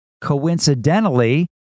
Coincidentally